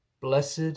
blessed